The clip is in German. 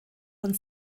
von